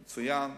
מצוין.